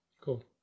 Cool